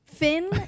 Finn